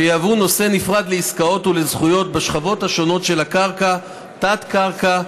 שיהוו נושא נפרד לעסקאות ולזכויות בשכבות השונות של הקרקע: תת-קרקע,